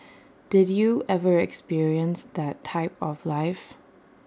did you ever experience that type of life